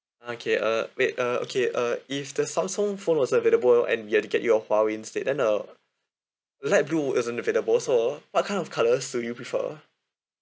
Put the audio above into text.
okay uh wait uh okay uh if the samsung phone was available and you have to get your huawei instead and uh light blue isn't available so what kind of colours do you prefer